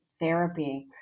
therapy